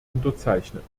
unterzeichnet